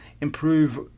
improve